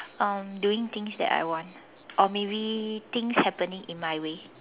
um doing things that I want or maybe things happening in my way